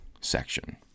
section